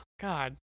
god